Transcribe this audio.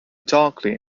darkly